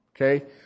Okay